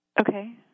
Okay